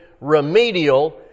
remedial